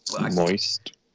Moist